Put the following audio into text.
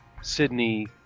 Sydney